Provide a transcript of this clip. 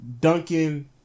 Duncan